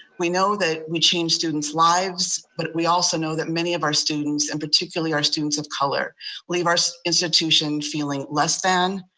we know that we change students' lives, but we also know that many of our students and particularly our students of color leave our so institution feeling less than,